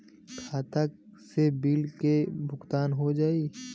खाता से बिल के भुगतान हो जाई?